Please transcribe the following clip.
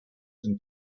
and